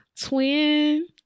twin